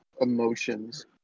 emotions